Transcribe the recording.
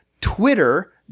Twitter